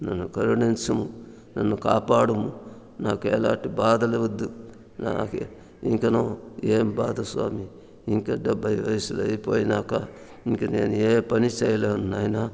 నన్ను కరుణించుము నన్ను కాపాడుము నాకు ఎలాంటి బాధలు వద్దు నాకు ఇంకను ఏం బాధలు స్వామి ఇంకా డెబ్భై వయసులయిపోయినాక ఇంక నేను ఏ పని చేయలేను నాయన